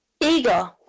Eagle